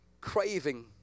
craving